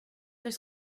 oes